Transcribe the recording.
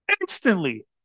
Instantly